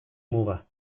muga